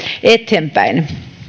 eteenpäin